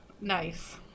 Nice